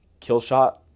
Killshot